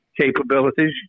capabilities